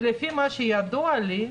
ולפי מה שידוע לי,